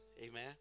Amen